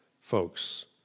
folks